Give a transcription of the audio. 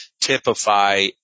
typify